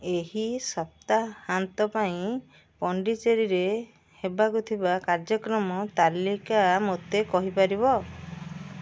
ଏହି ସପ୍ତାହାନ୍ତ ପାଇଁ ପଣ୍ଡିଚେରୀରେ ହେବାକୁ ଥିବା କାର୍ଯ୍ୟକ୍ରମ ତାଲିକା ମୋତେ କହିପାରିବ